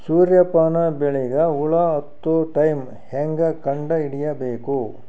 ಸೂರ್ಯ ಪಾನ ಬೆಳಿಗ ಹುಳ ಹತ್ತೊ ಟೈಮ ಹೇಂಗ ಕಂಡ ಹಿಡಿಯಬೇಕು?